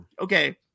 okay